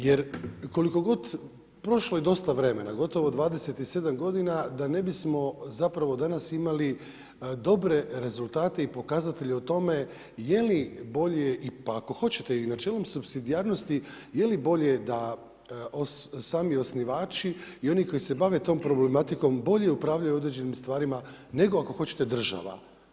Jer koliko god, prošlo je dosta vremena, gotovo 27 g. da ne bismo zapravo danas imali dobre rezultate i pokazatelje o tome, je li bolje i pa ako hoćete na čelu supsidijarnosti, je li bolje da sami osnivači i oni koji se bave tom problematikom, bolje upravljaju određenim stvarima, nego ako hoćete država.